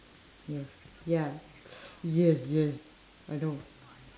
yeah ya yes yes I know